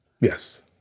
yes